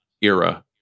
era